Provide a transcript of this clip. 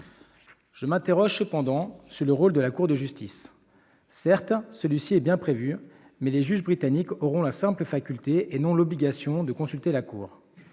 Je m'interroge cependant sur le rôle de la Cour de justice. Certes, celui-ci est bien prévu, mais les juges britanniques auront la simple faculté et non l'obligation de consulter la Cour.